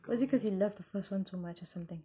was it cause he loved the first one so much or something